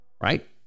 right